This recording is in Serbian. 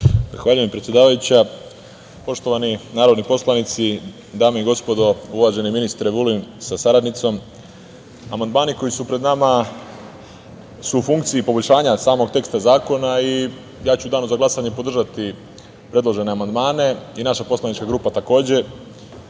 Zahvaljujem predsedavajuća. Poštovani narodni poslanici, dame i gospodo, uvaženi ministre Vulin sa saradnicom, amandmani koji su pred nama su u funkciji poboljšanja samog teksta zakona i ja ću u danu za glasanje podržati predložene amandmane i naša poslanička grupa, takođe. Moramo